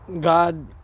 God